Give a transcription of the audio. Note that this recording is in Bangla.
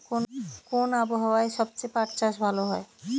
কোন আবহাওয়ায় সবচেয়ে পাট চাষ ভালো হয়?